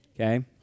okay